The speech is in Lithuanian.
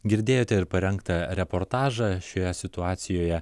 girdėjote ir parengtą reportažą šioje situacijoje